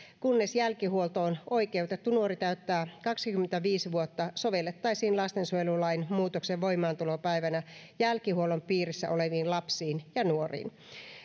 kunnes jälkihuoltoon oikeutettu nuori täyttää kaksikymmentäviisi vuotta sovellettaisiin lastensuojelulain muutoksen voimaantulopäivänä jälkihuollon piirissä oleviin lapsiin ja nuoriin